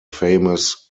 famous